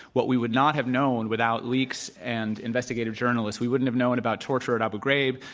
what we would not have known without leaks and investigative journalists, we wouldn't have known about torture at abu ghraib,